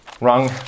wrong